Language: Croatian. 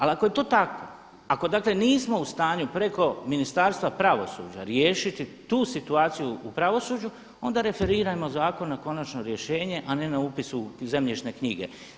Ali kao je tako, ako dakle nismo u stanju preko Ministarstva pravosuđa riješiti tu situaciju u pravosuđu onda referirajmo zakon na konačno rješenje a ne na upis u zemljišne knjige.